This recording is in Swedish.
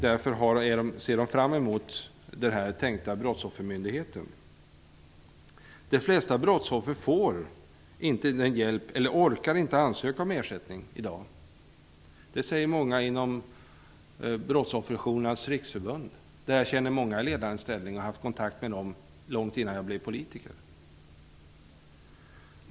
Därför ser de fram emot den tänkta brottsoffermyndigheten. De flesta brottsoffer får inte hjälp eller orkar inte ansöka om ersättning i dag. Det säger många inom Brottsofferjourernas riksförbund, där jag känner många i ledande ställning och haft kontakt med många långt innan jag blev politiker.